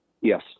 Yes